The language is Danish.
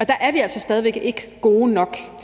Og der er vi altså stadig væk ikke gode nok.